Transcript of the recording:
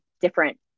different